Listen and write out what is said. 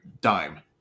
dime